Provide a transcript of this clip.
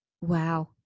Wow